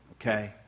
okay